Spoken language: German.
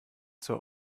zur